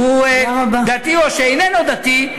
והוא דתי או שאיננו דתי.